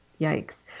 Yikes